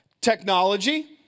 technology